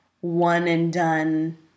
one-and-done